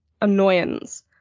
annoyance